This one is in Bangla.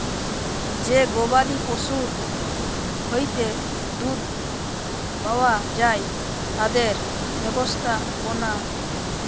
যে গবাদি পশুর হইতে দুধ পাওয়া যায় তাদের ব্যবস্থাপনা